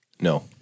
No